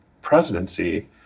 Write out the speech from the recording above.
presidency